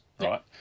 right